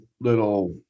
little